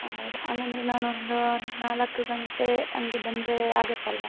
ಹಾಂ ಹೌದಾ ಹಾಗಾದ್ರೆ ನಾನೊಂದು ನಾಲ್ಕು ಗಂಟೆ ಹಾಗೆ ಬಂದರೆ ಆಗುತ್ತಲ್ವಾ